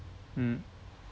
mm